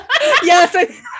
yes